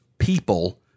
People